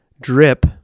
drip